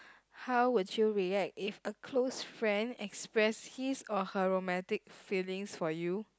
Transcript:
how would you relate if a close friend express his or her romantic feelings for you